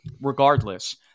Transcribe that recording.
regardless